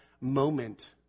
moment